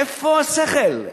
איפה השכל?